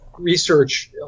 research